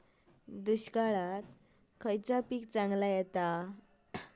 दुष्काळात खयला पीक चांगला येता?